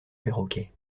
perroquets